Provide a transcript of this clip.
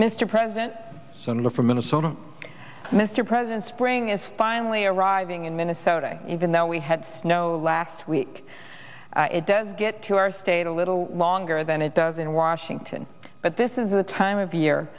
mr president summer from minnesota mr president spring is finally arriving in minnesota even though we had snow last week it does get to our state a little longer than it does in washington but this is the time of